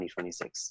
2026